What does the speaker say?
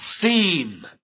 theme